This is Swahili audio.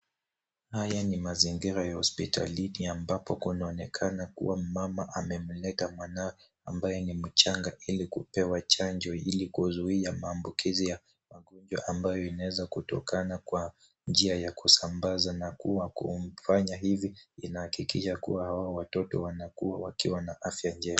Haya ni mazingira ya hospitalini ambapo kunaonekana kuwa mmama amemleta mwanawe ambaye ni mchanga ili kupewa chanjo ili kizuia maambukizi ya magonjwa ambayo inaeza kutokana kwa njia ya kusambaza na kwa kumfanya hivi inahakikisha kuwa hawa watoto wanakua wakiwa na afya njema.